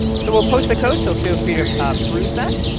so we'll post the code, so feel free to peruse that,